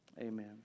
Amen